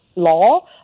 Law